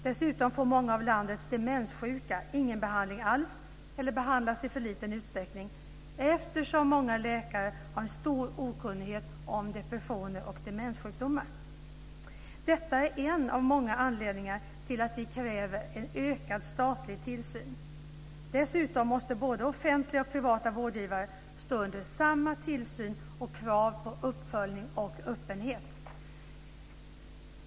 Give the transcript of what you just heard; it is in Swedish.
Dessutom får många av landets demenssjuka ingen behandling alls eller behandlas i för liten utsträckning eftersom många läkare har stor okunnighet om depressioner och demenssjukdomar. Detta är en av många anledningar till att vi kräver en ökad statlig tillsyn. Dessutom måste både offentliga och privata vårdgivare stå under samma tillsyn och krav på uppföljning och öppenhet.